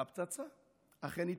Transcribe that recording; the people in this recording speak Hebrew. והפצצה אכן התפוצצה.